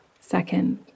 Second